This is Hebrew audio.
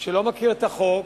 שלא מכיר את החוק,